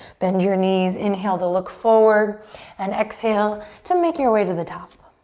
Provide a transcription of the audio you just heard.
bend your knees, inhale to look forward and exhale to make your way to the top.